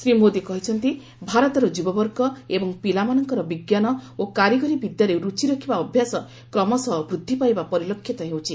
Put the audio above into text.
ଶ୍ରୀ ମୋଦି କହିଛନ୍ତି ଭାରତର ଯୁବବର୍ଗ ଏବଂ ପିଲାମାନଙ୍କର ବିଙ୍କାନ ଓ କାରିଗରୀ ବିଦ୍ୟାରେ ରୁଚି ରଖିବା ଅଭ୍ୟାସ କ୍ରମଶଃ ବୃଦ୍ଧି ପାଇବା ପରିଲକ୍ଷିତ ହେଉଛି